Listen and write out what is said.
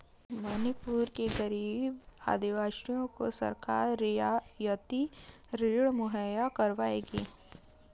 मणिपुर के गरीब आदिवासियों को सरकार रियायती ऋण मुहैया करवाएगी